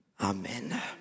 Amen